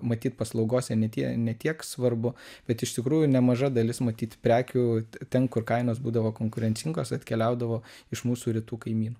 matyt paslaugose ne tie ne tiek svarbu bet iš tikrųjų nemaža dalis matyt prekių ten kur kainos būdavo konkurencingos atkeliaudavo iš mūsų rytų kaimynų